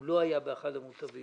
הוא לא היה באחד המוטבים.